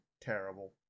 terrible